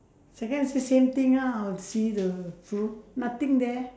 second also same thing ah I'll see the fruit nothing there